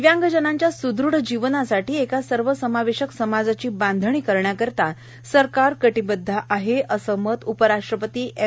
दिव्यांग जनांच्या सुदृढ जीवनासाठी एका सर्वसमावेशक समाजाची बांधणी करण्यासाठी सरकार कटिबदध आहे असं मत उपराष्ट्रपती एम